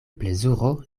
plezuro